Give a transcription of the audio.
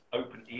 open